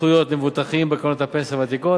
זכויות למבוטחים בקרנות הפנסיה הוותיקות,